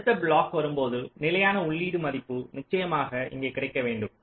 எனவே அடுத்த கிளாக் வரும்போது நிலையான உள்ளீடு மதிப்பு நிச்சயமாக இங்கே கிடைக்க வேண்டும்